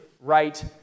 right